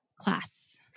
class